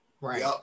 right